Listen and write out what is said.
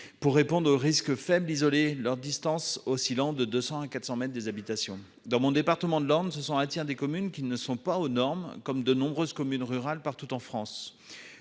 Pour répondre aux risques faibles isoler leurs distances oscillant de 200 à 400 mètres des habitations dans mon département de l'Orne. Ce sont, ah tiens des communes qui ne sont pas aux normes. Comme de nombreuses communes rurales partout en France.